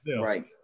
Right